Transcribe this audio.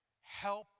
help